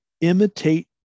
Imitate